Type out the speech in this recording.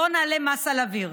בואו נעלה מס על אוויר.